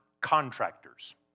contractors